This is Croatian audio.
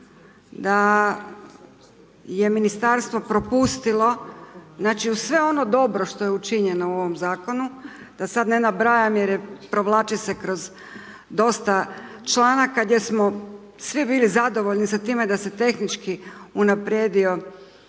da je ministarstvo propustilo znači uz sve ono dobro što je učinjeno u ovom zakonu, da sad ne nabrajam jer provlači se kroz dosta članaka gdje smo svi bili zadovoljni sa time da se tehnički unaprijedila